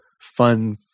fun